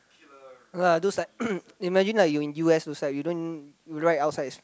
uh those like imagine like you in u_s those side you don't ride outside it's